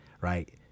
Right